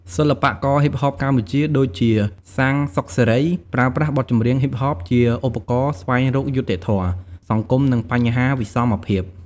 សិល្បករហ៊ីបហបកម្ពុជា ដូចជា សាំង សុខសេរី ប្រើប្រាស់បទចម្រៀងហ៊ីបហបជាឧបករណ៍ស្វែងរកយុត្តិធម៌សង្គម និងបញ្ហាវិសមភាព។